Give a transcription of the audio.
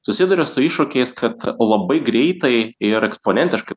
susiduria su iššūkiais kad labai greitai ir eksponentiškai